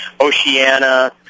Oceana